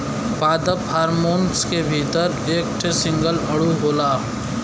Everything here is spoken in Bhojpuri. पादप हार्मोन के भीतर एक ठे सिंगल अणु होला